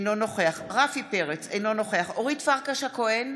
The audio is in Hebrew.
אנו נוכח רפי פרץ, אינו נוכח אורית פרקש הכהן,